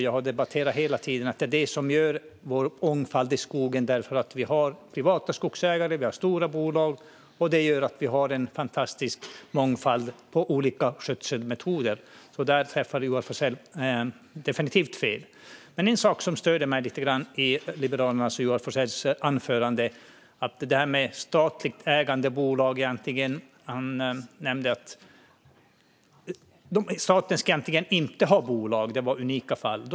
Jag har hela tiden debatterat att det som gör att vi har vår mångfald i skogen är att vi har privata skogsägare och stora bolag. Det gör att vi har en fantastisk mångfald av olika skötselmetoder. Där träffade Joar Forssell definitivt fel. En sak som störde mig lite grann i Liberalernas och Joar Forssells anförande var det han sa om statligt ägande av bolag. Han nämnde att staten egentligen inte ska ha bolag, utan det var unika fall.